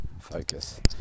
focus